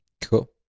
Cool